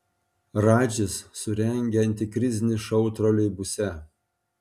radžis surengė antikrizinį šou troleibuse